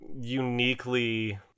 uniquely